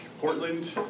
Portland